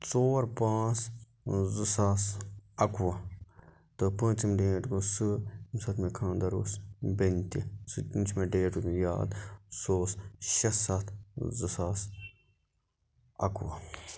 ژور پانٛژھ زٕ ساس اَکوُہ تہٕ پونٛژِم ڈیٹ گوٚو سُہ یمہِ ساتہٕ مےٚ خانٛدَر اوس بیٚنہِ تہِ سُہ تہِ چھُ مےٚ ڈیٹ رودمِت یاد سُہ اوس شیٚے سَتھ زٕ ساس اَکوُہ